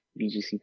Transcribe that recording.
bgc